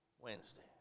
Wednesday